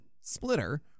splitter